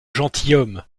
gentilhomme